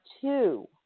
two